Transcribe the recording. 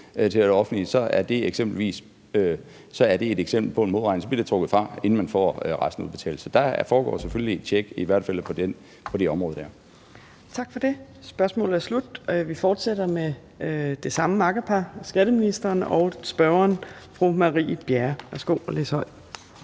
til det offentlige, er det et eksempel på en modregning, for så bliver det trukket fra, inden man får resten udbetalt. Så der foregår selvfølgelig et tjek i hvert fald på det område. Kl. 14:46 Fjerde næstformand (Trine Torp): Tak for det. Spørgsmålet er slut. Vi fortsætter med det samme makkerpar, nemlig skatteministeren og fru Marie Bjerre. Kl. 14:47 Spm.